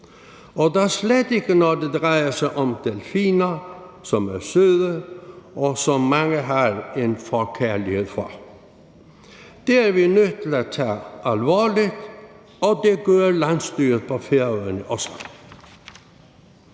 og da slet ikke, når det drejer sig om delfiner, som er søde, og som mange har en forkærlighed for. Det er vi nødt til at tage alvorligt, og det gør landsstyret på Færøerne også.